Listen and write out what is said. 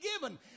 given